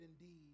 indeed